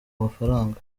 amafaranga